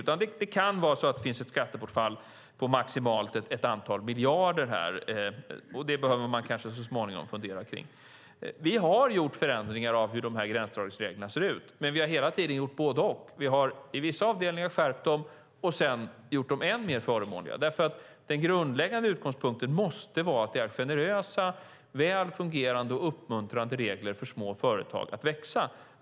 Det kan vara så att det finns ett skattebortfall på maximalt ett antal miljarder, och det behöver man kanske så småningom fundera kring. Vi har gjort förändringar av hur de här gränsdragningsreglerna ser ut, men vi har hela tiden gjort både och. Vi har i vissa avdelningar skärpt dem och sedan gjort dem än mer förmånliga, därför att den grundläggande utgångspunkten måste vara att det är generösa, väl fungerande och uppmuntrande regler som får små företag att växa.